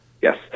Yes